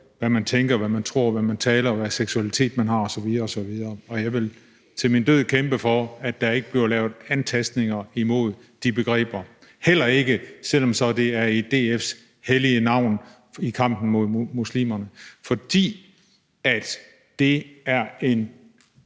hvad man tænker, og hvad man tror, og hvad man siger, og hvilken seksualitet man har osv. osv. Og jeg vil til min død kæmpe for, at de begreber ikke bliver antastet, heller ikke selv om det så er i DF's hellige navn i kampen mod muslimerne, for det er en